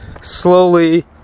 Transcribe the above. slowly